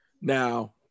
Now